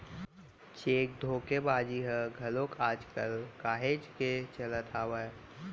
cheque धोखाघड़ी ह घलोक आज कल काहेच के चलत हावय